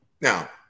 Now